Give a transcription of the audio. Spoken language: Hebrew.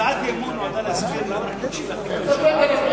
הצעת אי-אמון נועדה להזכיר למה אנחנו מבקשים להחליף את הממשלה.